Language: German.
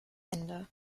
ende